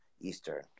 Eastern